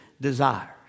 desires